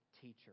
teacher